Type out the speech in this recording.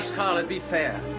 scarlett, be fair.